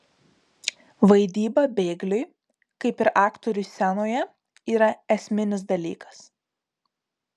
vaidyba bėgliui kaip ir aktoriui scenoje yra esminis dalykas